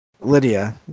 Lydia